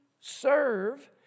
serve